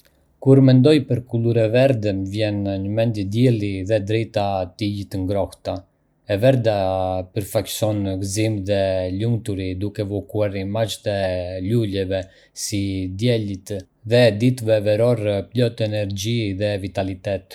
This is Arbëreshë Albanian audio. Kur mendoj për kulur e verdhë, më vjen në mendje dielli dhe drita e tij të ngrohta. E verdha përfaqëson gëzim dhe lumturi, duke evokuar imazhe të luleve, si diellitë, dhe ditëve verore plot energji dhe vitalitet.